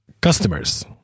customers